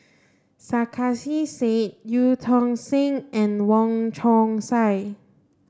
Sarkasi Said Eu Tong Sen and Wong Chong Sai